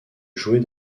jouer